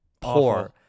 poor